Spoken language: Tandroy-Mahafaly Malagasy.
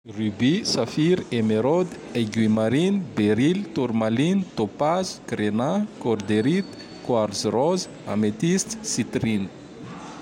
Rubis, saphir, éméraude, aiguille marine, berile, tourmaline, dopas grenat, gorderite, quartz rose, ametiste, sitrine.